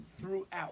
throughout